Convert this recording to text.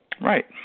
Right